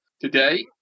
Today